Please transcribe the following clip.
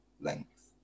length